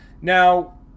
Now